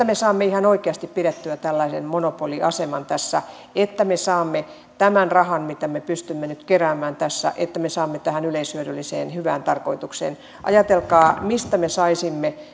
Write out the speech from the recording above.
me saamme ihan oikeasti pidettyä tällaisen monopoliaseman tässä että me saamme tämän rahan mitä me pystymme nyt keräämään tässä tähän yleishyödylliseen hyvään tarkoitukseen ajatelkaa mistä me saisimme